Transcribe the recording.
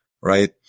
Right